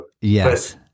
Yes